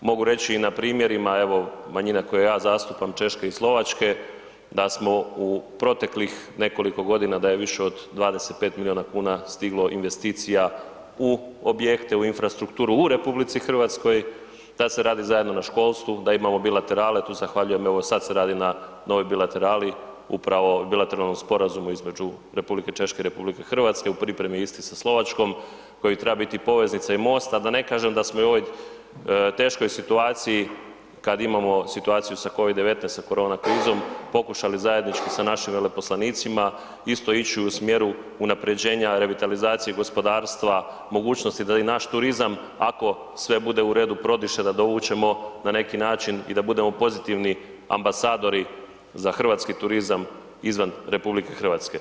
Mogu reći i na primjerima, evo, manjina koje ja zastupam, Češke i Slovačke, da smo u proteklih nekoliko godina, da je više od 25 milijuna kuna stiglo investicija u objekte, u infrastrukturu u RH, da se radi zajedno na školstvu, da imamo bilaterale, tu zahvaljujem evo, sad se radi na novoj bilaterali upravo, bilateralnom sporazumu između R. Češke i RH, u pripremi je isti sa Slovačkom koji treba biti poveznica i most, a da ne kažem da smo u ovoj teškoj situaciji kada imamo situaciju sa COVID-19, sa korona krizom, pokušali zajednički sa našim veleposlanicima isto ići u smjeru unaprjeđenja, revitalizacije gospodarstva, mogućnosti da i naš turizam, ako sve bude u redu, prodiše, da dovučemo na neki način i da budemo pozitivni ambasadori za hrvatski turizam izvan RH.